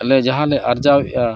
ᱟᱞᱮ ᱡᱟᱦᱟᱸᱞᱮ ᱟᱨᱡᱟᱣᱮᱫᱼᱟ